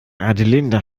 adelinde